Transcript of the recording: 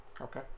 Okay